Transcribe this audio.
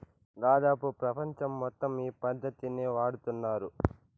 దాదాపు ప్రపంచం మొత్తం ఈ పద్ధతినే వాడుతున్నారు